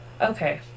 Okay